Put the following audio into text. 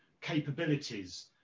capabilities